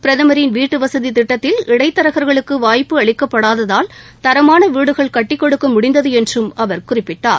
பிரதமரின் வீட்டுவசதி திட்டத்தில் இடைத்தரகா்களுக்கு வாய்ப்பு அளிக்கப்படாததால் தரமான வீடுகள் கட்டிக்கொடுக்க முடிந்தது என்றும் அவர் குறிப்பிட்டார்